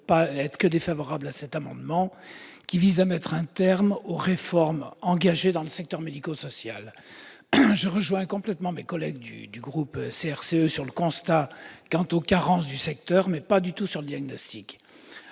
je ne peux être que défavorable à cet amendement, qui vise à mettre un terme aux réformes engagées dans le secteur médico-social. Je rejoins totalement mes collègues du groupe CRCE sur le constat quant aux carences du secteur, mais pas du tout sur le diagnostic.